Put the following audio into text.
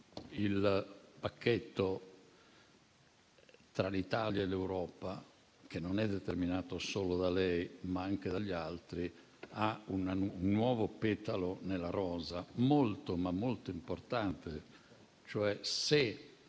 il pacchetto tra l'Italia e l'Europa, che non è determinato solo da lei, ma anche dagli altri, ha un nuovo petalo nella rosa, davvero molto importante.